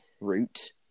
route